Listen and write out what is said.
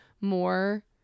more